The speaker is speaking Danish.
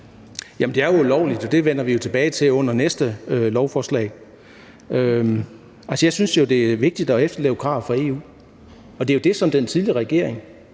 det er ulovligt, og det vender vi jo tilbage til under næste lovforslag. Altså, jeg synes jo, det er vigtigt at efterleve krav fra EU, og den tidligere regering